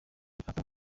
atorerwa